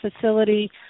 facility